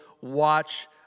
watch